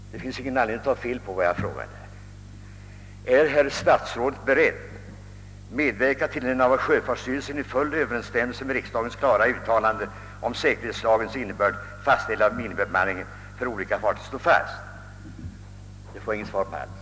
Det finns ingen möjlighet att ta miste på vad jag frågade om. Första delen av min fråga löd: »Är herr statsrådet beredd medverka till att den av sjöfartsstyrelsen i full överensstämmelse med riksdagens klara uttalanden om säkerhetslagens innebörd fastställda minimibemanningen för olika fartyg står fast ...?» Det får jag inget svar på alls.